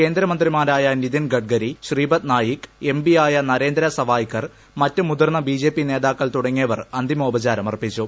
കേന്ദ്രമന്ത്രിമാരായ നിതിൻ ഗഡ്കരി ശ്രീപദ് നായിക് എം പിയായ നരേന്ദ്ര സവായ്ക്കർ മറ്റ് മുതിർന്ന ബി ജെ പി നേതാക്കൾ തുടങ്ങിയവർ അന്തിമോപചാരം അർപ്പിച്ചു